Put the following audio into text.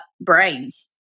brains